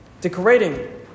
decorating